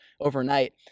overnight